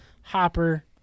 Hopper